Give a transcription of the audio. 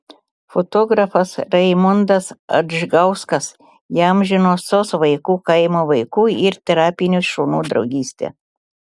fotografas raimundas adžgauskas įamžino sos vaikų kaimo vaikų ir terapinių šunų draugystę